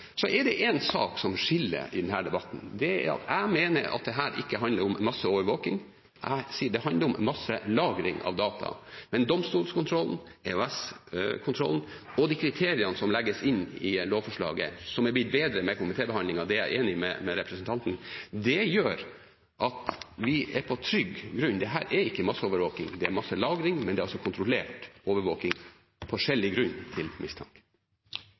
er en sak som skiller i denne debatten. Det er at jeg mener at dette ikke handler om masseovervåking. Jeg sier at det handler om masselagring av data. Men domstolkontroll, EOS-kontroll og de kriteriene som legges inn i lovforslaget, som har blitt bedre gjennom komitébehandlingen – det er jeg enig med representanten Christensen i – gjør at vi er på trygg grunn. Dette er ikke masseovervåking; det er masselagring. Men det er kontrollert overvåking på skjellig grunn til mistanke.